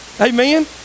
Amen